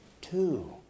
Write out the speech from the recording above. Two